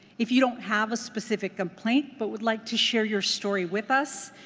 if you don't have a specific complaint but would like to share your story with us,